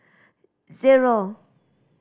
zero